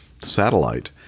satellite